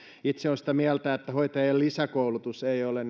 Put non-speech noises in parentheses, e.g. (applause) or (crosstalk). itse olen sitä mieltä että hoitajien lisäkoulutus ei ole (unintelligible)